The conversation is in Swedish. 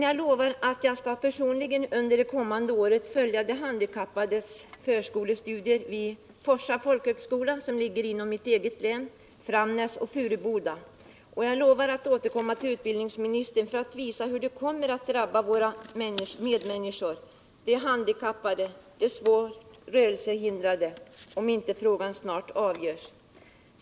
Jag lovar att jag personligen under det kommande året skall följa de handikappades förskolestudier vid Forsa folkhögskola, som ligger inom mitt eget län, vid Framnäs och Furuboda. Jag lovar att återkomma till utbildningsministern för att visa hur det kommer att drabba våra medmänniskor — de svårt rörelsehindrade och andra handikappade — om inte frågan snart avgörs.